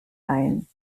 ein